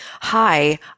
hi